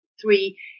three